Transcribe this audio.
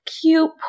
cute